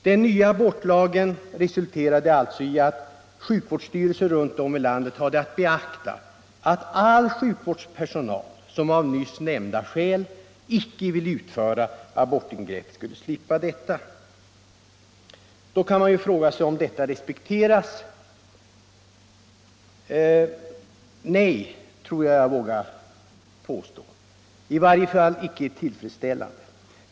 Den nya abortlagen resulterade alltså i att sjukvårdsstyrelser runt om i landet hade att beakta att all sjukvårdspersonal, som av nyss nämnda skäl icke ville utföra abortingrepp, skulle slippa detta. Man kan då fråga om detta ställningstagande respekteras. Nej, tror jag mig våga påstå — i varje fall icke tillfredsställande.